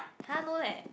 !huh! no leh